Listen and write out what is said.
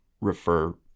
refer